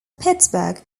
pittsburgh